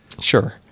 Sure